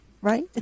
Right